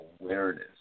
awareness